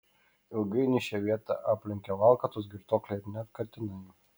ilgainiui šią vietą aplenkia valkatos girtuokliai ir net katinai